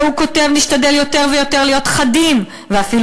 והוא כותב: "נשתדל יותר ויותר להיות חדים (ואפילו